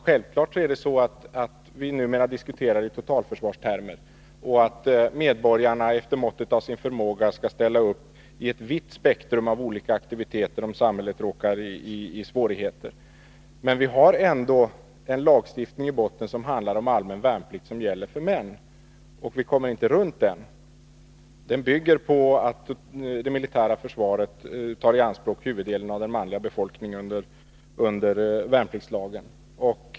Självfallet diskuterar vi numera i totalförsvarstermer, dvs. att medborgarna efter måttet av sin förmåga skall ställa upp i ett vitt spektrum av olika aktiviteter om samhället råkar i svårigheter. Men vi har ändå en lagstiftning i botten som handlar om allmän värnplikt och som gäller för män, och vi kommer inte runt den. Den bygger på att det militära försvaret tar i anspråk huvuddelen av den manliga befolkningen under värnpliktslagen.